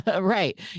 Right